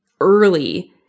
early